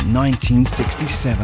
1967